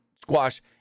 squash